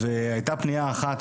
הייתה פנייה אחת,